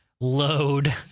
load